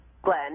Glenn